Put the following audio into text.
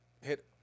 hit